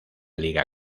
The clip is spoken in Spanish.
liga